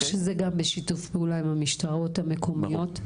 זה בשיתוף פעולה עם המשטרות המקומיות?